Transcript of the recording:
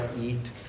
eat